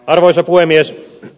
arvoisa puhemies